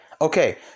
Okay